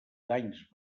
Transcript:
danys